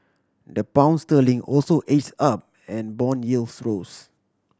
the Pound sterling also edge up and bond yields rose